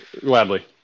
Gladly